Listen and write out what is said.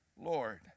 Lord